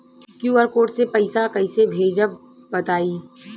QR code से पईसा कईसे भेजब बताई?